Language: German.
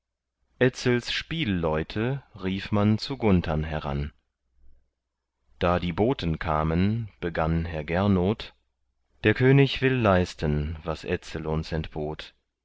spielleute rief man zu gunthern heran da die boten kamen begann herr gernot der könig will leisten was etzel uns entbot